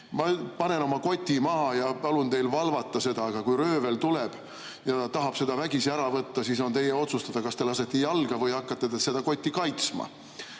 Ma panen oma koti maha ja palun teil valvata seda, aga kui röövel tuleb ja tahab seda vägisi ära võtta, siis on teie otsustada, kas te lasete jalga või hakkate seda kotti kaitsma.